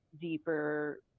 deeper